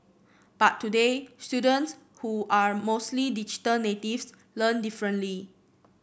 but today students who are mostly digital natives learn differently